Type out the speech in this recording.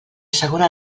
segona